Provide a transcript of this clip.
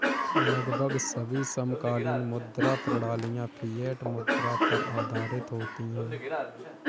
लगभग सभी समकालीन मुद्रा प्रणालियाँ फ़िएट मुद्रा पर आधारित होती हैं